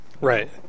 Right